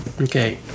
okay